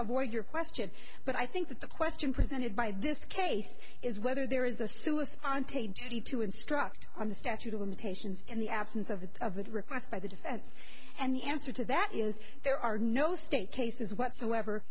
avoid your question but i think that the question presented by this case is whether there is the suicide on tape duty to instruct on the statute of limitations in the absence of the of that request by the defense and the answer to that is there are no state cases whatsoever